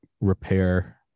repair